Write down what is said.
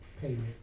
payment